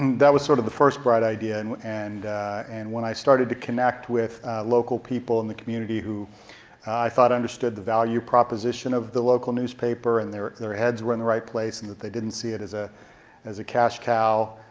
that was sort of the first bright idea. and and and when i started to connect with local people in the community who i thought understood the value proposition of the local newspaper. and their their heads were in the right place, and they didn't see it as ah as a cash cow.